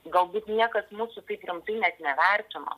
galbūt niekas mūsų taip rimtai net nevertino